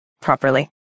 properly